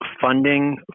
funding